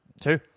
two